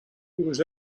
was